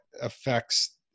affects